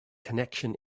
connection